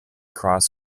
cross